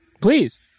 Please